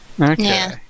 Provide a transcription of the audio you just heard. Okay